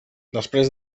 després